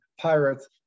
Pirates